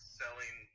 selling